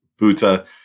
buta